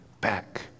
back